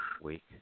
week